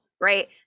right